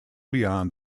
beyond